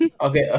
Okay